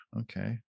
Okay